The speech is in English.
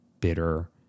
bitter